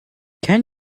can